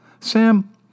Sam